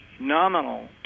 nominal